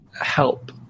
help